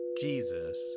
Jesus